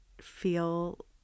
feel